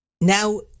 Now